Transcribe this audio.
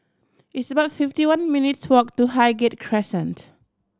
it's about fifty one minutes' walk to Highgate Crescent